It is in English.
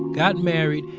got married,